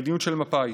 המדיניות של מפא"י.